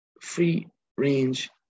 free-range